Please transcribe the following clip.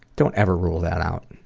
don't ever rule that out.